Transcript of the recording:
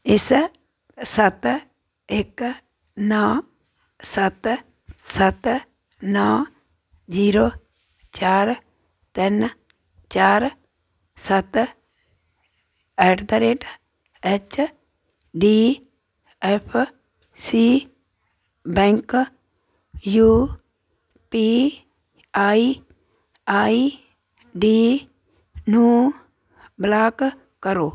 ਇਸ ਸੱਤ ਇੱਕ ਨੌਂ ਸੱਤ ਸੱਤ ਨੌਂ ਜ਼ੀਰੋ ਚਾਰ ਤਿੰਨ ਚਾਰ ਸੱਤ ਐਟ ਦਾ rate H D F C bank U P I I D ਨੂੰ ਬਲਾਕ ਕਰੋ